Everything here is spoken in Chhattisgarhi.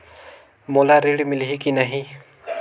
मोला ऋण मिलही की नहीं?